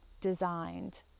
designed